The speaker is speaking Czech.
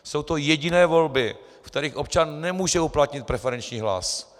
Jsou to jediné volby, v kterých občan nemůže uplatnit preferenční hlas.